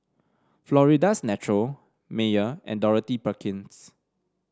Florida's Natural Mayer and Dorothy Perkins